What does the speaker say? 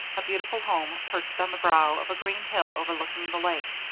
a beautiful home perched on the brow of a green hill overlooking the lake,